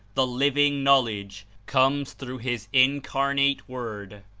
the living knowledge, comes through his incarnate word,